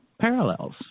parallels